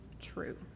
true